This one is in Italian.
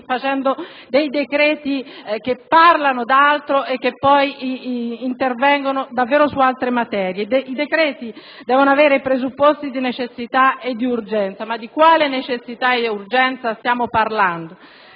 facendo decreti che parlano di altro e poi intervengono su altre materie? I decreti devono avere presupposti di necessità ed urgenza; ma di quale necessità ed urgenza stiamo parlando,